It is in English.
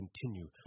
continue